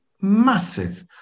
massive